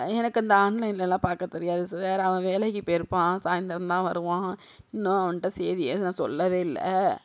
எனக்கு இந்த ஆன்லைன்லலாம் பார்க்க தெரியாது சார் அவன் வேலைக்கு போயிருப்பான் சாயந்தரந்தான் வருவான் இன்னும் அவன்கிட்ட சேதியை நான் சொல்லவே இல்லை